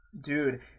Dude